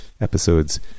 episodes